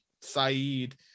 Saeed